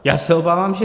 Já se obávám, že je.